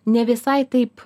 ne visai taip